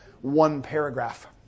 one-paragraph